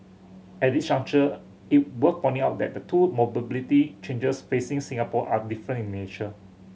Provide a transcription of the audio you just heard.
at this juncture it worth pointing out that the two mobility challenges facing Singapore are different in nature